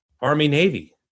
Army-Navy